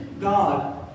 God